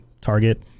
target